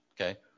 okay